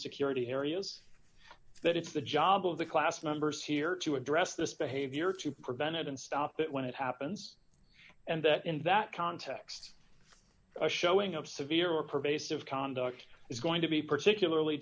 security areas that it's the job of the class members here to address this behavior to prevent it and stop it when it happens and that in that context a showing of severe or pervasive conduct is going to be particularly